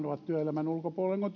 ovat työelämän ulkopuolella